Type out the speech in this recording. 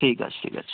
ঠিক আছে ঠিক আছে